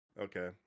Okay